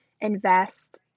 invest